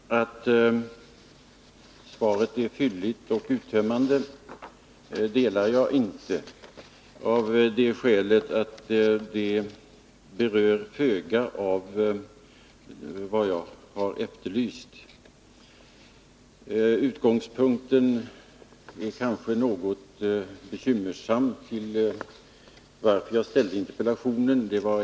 Fru talman! Bedömningen att svaret är fylligt och uttömmande delar jag inte av det skälet att det berör föga av det jag har efterlyst. Utgångspunkten för min interpellation är kanske något komplicerad.